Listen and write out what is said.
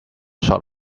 short